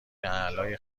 اعلای